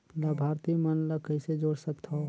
लाभार्थी मन ल कइसे जोड़ सकथव?